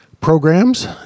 programs